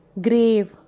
Grave